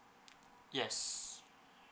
yes